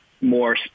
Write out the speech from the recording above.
more